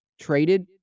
traded